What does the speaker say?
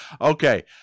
Okay